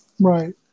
Right